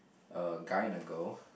a guy and a girl